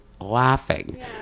laughing